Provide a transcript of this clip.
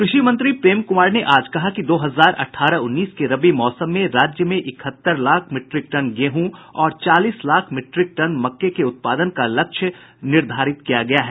कृषि मंत्री प्रेम कुमार ने आज कहा कि दो हजार अठारह उन्नीस के रबी मौसम में राज्य में इकहत्तर लाख मीट्रिक टन गेहूं और चालीस लाख मीट्रिक टन मक्के के उत्पादन का लक्ष्य निर्धारित किया गया है